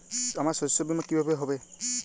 আমার শস্য বীমা কিভাবে হবে?